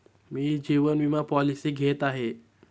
मी जीवन विमा पॉलिसी घेत आहे